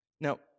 Now